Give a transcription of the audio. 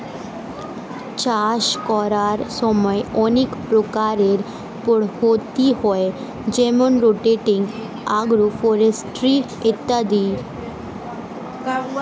চাষ করার সময় অনেক প্রকারের পদ্ধতি হয় যেমন রোটেটিং, এগ্রো ফরেস্ট্রি ইত্যাদি